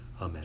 Amen